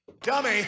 Dummy